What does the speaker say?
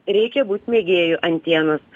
reikia būt mėgėju antienos